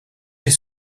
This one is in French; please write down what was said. les